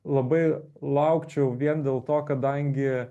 labai laukčiau vien dėl to kadangi